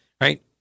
right